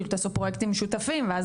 תעשו פרויקטים משותפים.